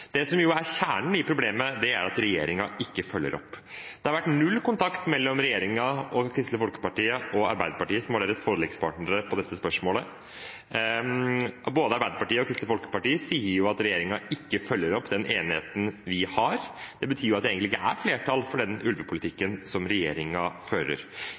Kjernen i problemet er at regjeringen ikke følger opp. Det har vært null kontakt mellom regjeringen, Kristelig Folkeparti og Arbeiderpartiet, som var deres forlikspartnere i dette spørsmålet. Både Arbeiderpartiet og Kristelig Folkeparti sier at regjeringen ikke følger opp den enigheten vi har. Det betyr at det egentlig ikke er flertall for den ulvepolitikken som regjeringen fører.